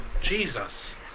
Jesus